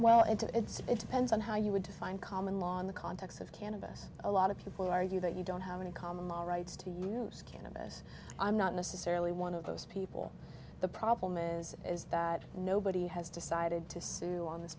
while it's it depends on how you would define common law in the context of cannabis a lot of people argue that you don't have any common law rights to use cannabis i'm not necessarily one of those people the problem is is that nobody has decided to sue on this